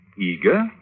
Eager